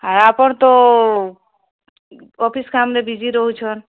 ଆ ଆପଣ ତ ଅଫିସ୍ କାମରେ ବିଜି ରହୁଛନ୍